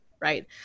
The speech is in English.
right